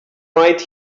right